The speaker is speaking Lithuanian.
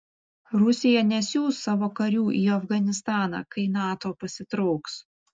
rusija nesiųs savo karių į afganistaną kai nato pasitrauks